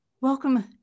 welcome